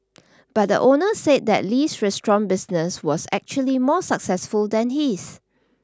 but the owner said that Li's restaurant business was actually more successful than his